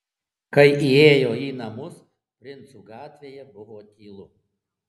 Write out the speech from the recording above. kai įėjo į namus princų gatvėje buvo tylu